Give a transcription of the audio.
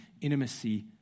intimacy